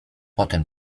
potem